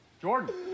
Jordan